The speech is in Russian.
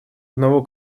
одного